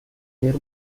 ter